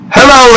Hello